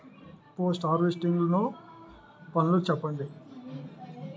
Post harvesting లో పనులను చెప్పండి?